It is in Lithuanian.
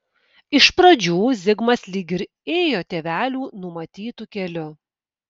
iš pradžių zigmas lyg ir ėjo tėvelių numatytu keliu